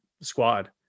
squad